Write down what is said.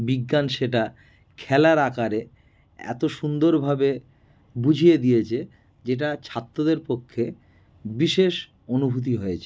বিজ্ঞান সেটা খেলার আঁকারে এতো সুন্দরভাবে বুঝিয়ে দিয়েছে যেটা ছাত্রদের পক্ষে বিশেষ অনুভূতি হয়েছে